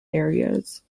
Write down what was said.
areas